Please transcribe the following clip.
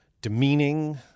demeaning